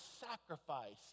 sacrifice